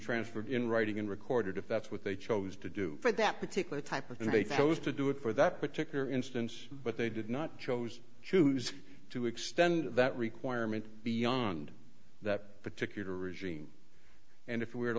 transferred in writing and recorded if that's what they chose to do for that particular type of thing they thought was to do it for that particular instance but they did not chose to choose to extend that requirement beyond that particular regime and if we were to